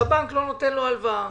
והבנק לא נותן לו הלוואה.